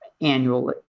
annually